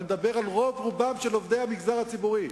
אני מדבר על רוב רובם של עובדי המגזר הציבורי,